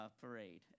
Parade